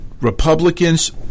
Republicans